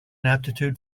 aptitude